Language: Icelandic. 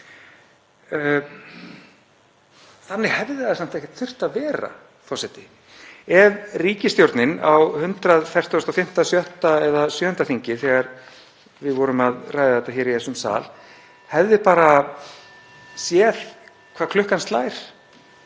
Þannig hefði það samt ekkert þurft að vera, forseti. Ef ríkisstjórnin á 145., 146. eða 147. þingi, þegar við vorum að ræða þetta hér í þessum sal, (Forseti hringir.) hefði bara séð hvað klukkan slær